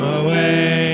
away